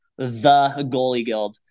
thegoalieguild